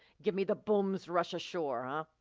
gimme the bum's rush ashore, huh?